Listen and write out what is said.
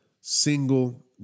single